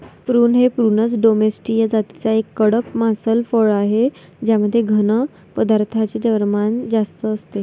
prune हे Prunus domestica जातीचे एक कडक मांसल फळ आहे ज्यामध्ये घन पदार्थांचे प्रमाण जास्त असते